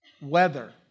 Weather